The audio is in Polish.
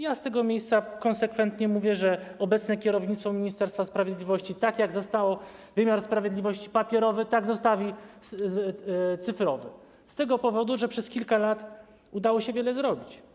Ja z tego miejsca konsekwentnie mówię, że obecne kierownictwo Ministerstwa Sprawiedliwości, jak zastało wymiar sprawiedliwości papierowy, tak zostawi cyfrowy, z tego powodu, że przez kilka lat udało się wiele zrobić.